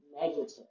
negative